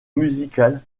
musical